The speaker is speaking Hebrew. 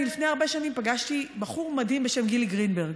אני לפני הרבה שנים פגשתי בחור מדהים בשם גיל גרינברג.